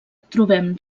trobem